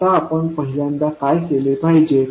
आता आपण पहिल्यांदा काय केले पाहिजे